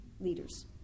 leaders